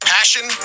Passion